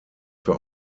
für